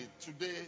today